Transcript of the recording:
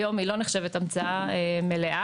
היום היא לא נחשבת המצאה מלאה.